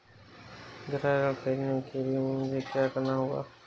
गृह ऋण ख़रीदने के लिए मुझे क्या करना होगा?